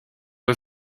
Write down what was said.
eux